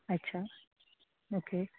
अच्छा ओके